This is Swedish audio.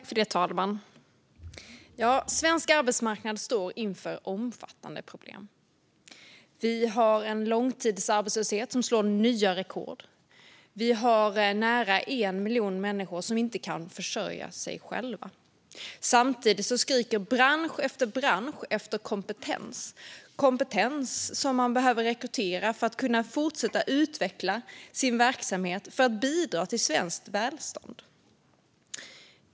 Fru talman! Svensk arbetsmarknad står inför omfattande problem. Vi har en långtidsarbetslöshet som slår nya rekord. Vi har nära 1 miljon människor som inte kan försörja sig själva. Samtidigt skriker bransch efter bransch efter kompetens, som man behöver rekrytera för att kunna fortsätta utveckla sin verksamhet och för att bidra till svenskt välstånd.